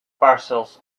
parcels